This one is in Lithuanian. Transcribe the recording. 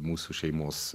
mūsų šeimos